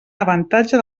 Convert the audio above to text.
avantatge